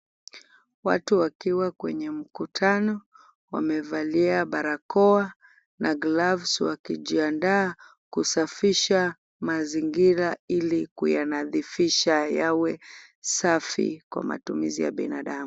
Watu wakiwa kwenye mkutano. Wamevalia barakoa na gloves wakijiandaa kusafisha mazingira ili kuyanadhifisha yawe safi kwa matumizi ya binadamu.